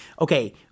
okay